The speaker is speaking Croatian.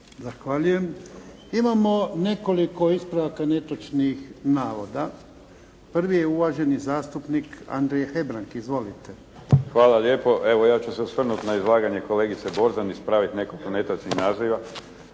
Zahvaljujem. Imamo nekoliko ispravaka netočnih navoda. Prvi je uvaženi zastupnik Andrija Hebrang. Izvolite. **Hebrang, Andrija (HDZ)** Hvala lijepo. Evo ja ću se osvrnuti na izlaganje kolegice Borzan. Ispraviti nekoliko netočnih naziva